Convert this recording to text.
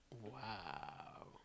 Wow